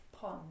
pond